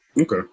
Okay